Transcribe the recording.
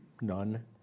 None